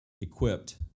equipped